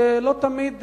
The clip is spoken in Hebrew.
לא תמיד,